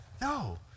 no